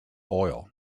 oil